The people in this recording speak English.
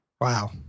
Wow